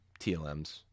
TLMs